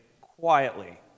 quietly